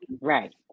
right